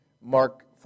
Mark